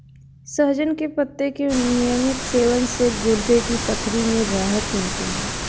सहजन के पत्ते के नियमित सेवन से गुर्दे की पथरी में राहत मिलती है